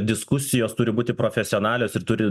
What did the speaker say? diskusijos turi būti profesionalios ir turi